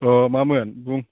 अह मामोन बुं